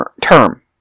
term